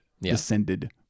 descended